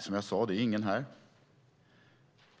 Som jag sade är det ingen här som är det.